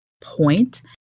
point